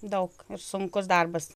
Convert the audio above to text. daug sunkus darbas